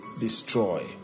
destroy